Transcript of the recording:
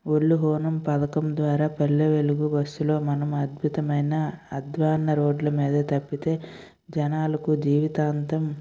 ఒళ్ళు హూనం పథకం ద్వారా పల్లె వెలుగు బస్సు లో మనం అద్భుతమైన అద్వాన్న రోడ్ల మీద తప్పితే జనాలకు జీవితాంతం